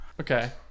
Okay